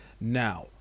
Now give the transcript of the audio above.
Now